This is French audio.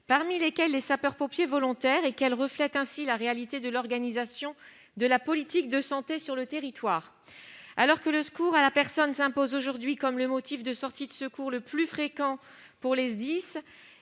parmi lesquels les sapeurs-pompiers volontaires, et qu'elle reflète ainsi la réalité de l'organisation de la politique de santé sur le territoire. Alors que le secours à la personne s'impose aujourd'hui comme le motif de sortie de secours le plus fréquent pour les SDIS,